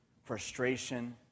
frustration